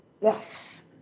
Yes